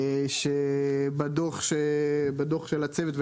בדו"ח של הצוות,